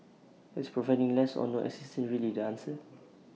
but is providing less or no assistance really the answer